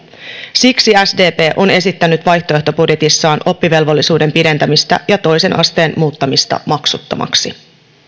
siksi sdp on esittänyt vaihtoehtobudjetissaan oppivelvollisuuden pidentämistä ja toisen asteen muuttamista maksuttomaksi